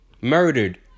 murdered